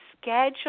Schedule